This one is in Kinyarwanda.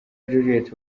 juliet